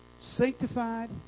sanctified